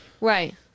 Right